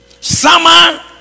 summer